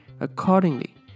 accordingly